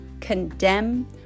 condemn